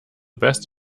best